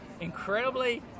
Incredibly